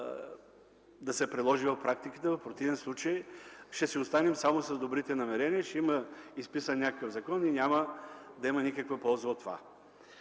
ще са достатъчни. В противен случай ще си останем само с добрите намерения, ще има изписан някакъв закон и няма да има никаква полза от това.